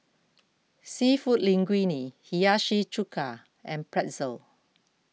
Seafood Linguine Hiyashi Chuka and Pretzel